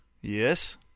Yes